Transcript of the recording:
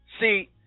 See